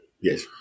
Yes